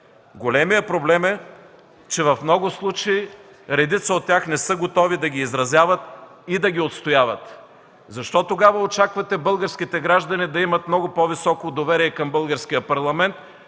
Големият проблем е, че в много случаи редица от тях не са готови да ги изразяват и да ги отстояват. Защо тогава очаквате българските граждани да имат много по-високо доверие към българския парламент,